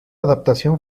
adaptación